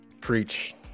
Preach